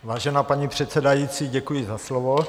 Vážená paní předsedající, děkuji za slovo.